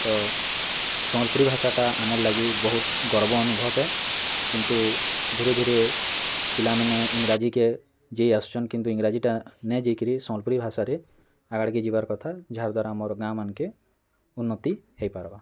ତ ସମ୍ବଲପୁରୀ ଭାଷାଟା ଆମର୍ ଲାଗି ବହୁତ ଗର୍ବ ଅନୁଭବ୍ ଏ କିନ୍ତୁ ଧୀରେ ଧୀରେ ପିଲାମାନେ ଇଂରାଜୀକେ ଯେଇ ଆସୁଛନ୍ କିନ୍ତୁ ଇଂରାଜୀଟା ନାଇଁ ଯେଇଁ କରି ସମ୍ବଲପୁରୀ ଭାଷା ରେ ଆଗାଡ଼ି ଯିବାର୍ କଥା ଯାହାର୍ ଦ୍ଵାରା ଆମର୍ ଗାଁ ମାନ୍କେ ଉନ୍ନତ୍ତି ହୋଇପାର୍ବା